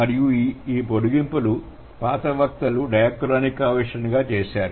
మరియు ఈ పొడిగింపులను పాత వక్తలు డయాక్రానిక్ గా ఆవిష్కరణ చేశారు